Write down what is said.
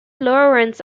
lawrence